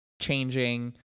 changing